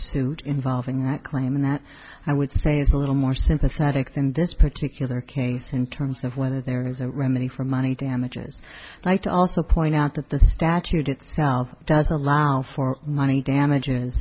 suit involving that claim and that i would say is a little more sympathetic than this particular case in terms of whether there is a remedy for money damages might also point out that the statute itself does allow for money damages